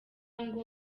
ngo